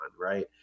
right